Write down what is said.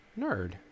Nerd